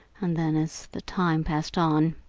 and then, as the time passed on